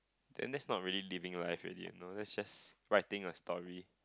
then that's not really living life already you know that's just writing a story